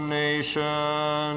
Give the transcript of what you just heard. nation